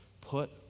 put